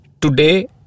Today